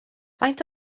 faint